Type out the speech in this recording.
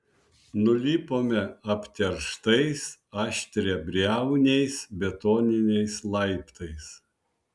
nulipome apterštais aštriabriauniais betoniniais laiptais